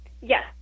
Yes